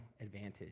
advantage